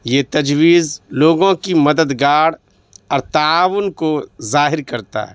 یہ تجویز لوگوں کی مددگار اور اور تعاون کو ظاہر کرتا ہے